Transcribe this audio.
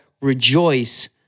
rejoice